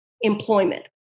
employment